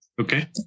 Okay